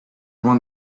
one